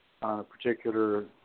particular